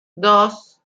dos